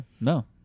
no